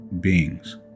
beings